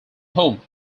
home